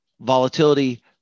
volatility